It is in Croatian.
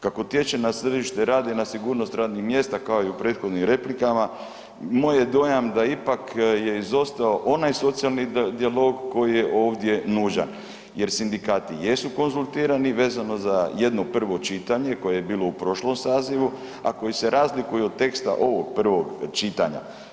Kako utječe na središte rada i na sigurnost radnih mjesta kao i u prethodnim replikama moj je dojam da ipak je izostao onaj socijalni dijalog koji je ovdje nužan jer sindikati jesu konzultirani vezano za jedno prvo čitanje koje je bilo u prošlom sazivu, a koji se razlikuju od teksta ovog prvog čitanja.